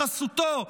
בחסותו,